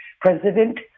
President